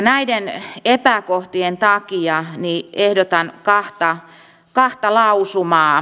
näiden epäkohtien takia ehdotan kahta lausumaa